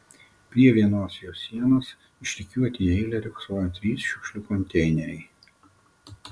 prie vienos jo sienos išrikiuoti į eilę riogsojo trys šiukšlių konteineriai